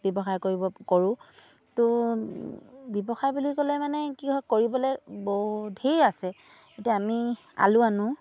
ব্যৱসায় কৰিব কৰোঁ তো ব্যৱসায় বুলি ক'লে মানে কি হয় কৰিবলৈ বহু ঢেৰ আছে এতিয়া আমি আলু আনো